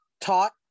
taught